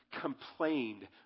complained